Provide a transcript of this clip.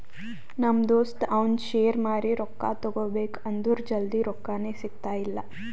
ನಮ್ ದೋಸ್ತ ಅವಂದ್ ಶೇರ್ ಮಾರಿ ರೊಕ್ಕಾ ತಗೋಬೇಕ್ ಅಂದುರ್ ಜಲ್ದಿ ರೊಕ್ಕಾನೇ ಸಿಗ್ತಾಯಿಲ್ಲ